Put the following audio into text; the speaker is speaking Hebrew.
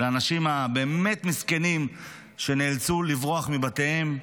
לאנשים הבאמת-מסכנים שנאלצו לברוח מבתיהם,